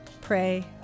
Pray